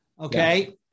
okay